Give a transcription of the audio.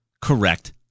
correct